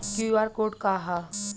QR code का ह?